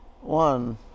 one